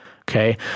Okay